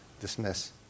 dismiss